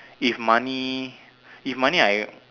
if money if money I